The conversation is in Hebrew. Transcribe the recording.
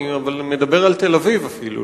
אבל אני מדבר על תל-אביב אפילו,